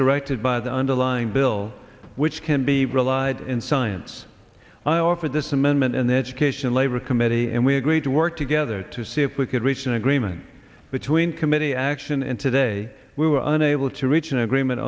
to buy the underlying bill which can be relied in science and i offer this amendment and then education labor committee and we agreed to work together to see if we could reach an agreement between committee action and today we we're unable to reach an agreement